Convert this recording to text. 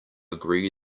agree